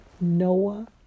Noah